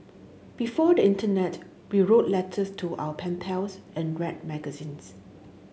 before the internet we wrote letters to our pen pals and read magazines